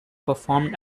performed